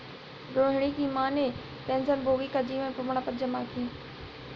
रोहिणी की माँ ने पेंशनभोगी का जीवन प्रमाण पत्र जमा की